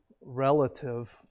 relative